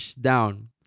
down